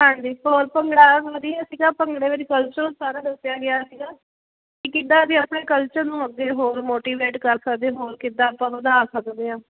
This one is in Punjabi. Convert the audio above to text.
ਹਾਂਜੀ ਹੋਰ ਭੰਗੜਾ ਵਧੀਆ ਸੀਗਾ ਭੰਗੜੇ ਵਿੱਚ ਕਲਚਰ ਸਾਰਾ ਦੱਸਿਆ ਗਿਆ ਸੀਗਾ ਕੀ ਕਿੱਦਾਂ ਦੇ ਆਪਣੇ ਕਲਚਰ ਨੂੰ ਅੱਗੇ ਹੋਰ ਮੋਟੀਵੇਟ ਕਰ ਸਕਦੇ ਹੋਰ ਕਿੱਦਾਂ ਆਪਾਂ ਨੂੰ ਵਧਾ ਸਕਦੇ ਹਾਂ